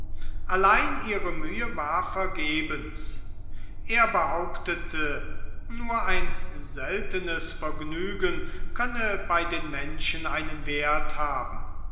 allein ihre mühe war vergebens er behauptete nur ein seltenes vergnügen könne bei den menschen einen wert haben